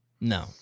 No